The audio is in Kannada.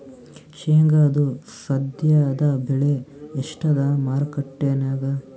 ಶೇಂಗಾದು ಸದ್ಯದಬೆಲೆ ಎಷ್ಟಾದಾ ಮಾರಕೆಟನ್ಯಾಗ?